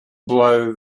blow